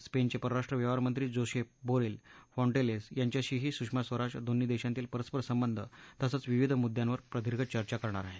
स्पेनचे परराष्ट्र व्यवहारमंत्री Josep Borrell Fontelles यांच्याशीही सुषमा स्वराज दोन्ही देशांतील परस्परसंबंध तसंच विविध मुद्द्यांवर प्रदीर्घ चर्चा करणार आहेत